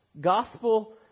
Gospel